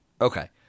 Okay